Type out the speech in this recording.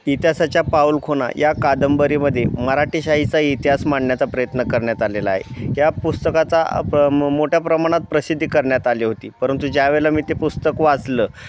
इतिहासाच्या पाऊल खुणा या कादंबरीमध्ये मराठी शाहीचा इतिहास मांडण्याचा प्रयत्न करण्यात आलेला आहे या पुस्तकाचा प्र मोठ्या प्रमाणात प्रसिद्धी करण्यात आली होती परंतु ज्यावेळेला मी ते पुस्तक वाचलं